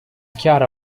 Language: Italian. chiara